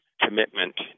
commitment